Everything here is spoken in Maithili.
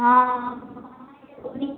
हँ